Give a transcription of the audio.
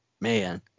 Man